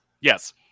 Yes